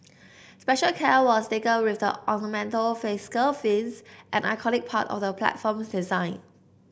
special care was taken with the ornamental fascia fins an iconic part of the platform's design